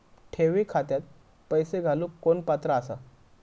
ठेवी खात्यात पैसे घालूक कोण पात्र आसा?